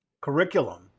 curriculum